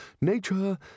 nature